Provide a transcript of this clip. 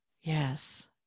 Yes